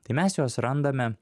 tai mes juos randame